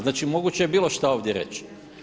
Znači, moguće je bilo šta ovdje reći.